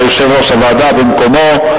יושב-ראש הוועדה במקומו,